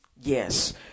yes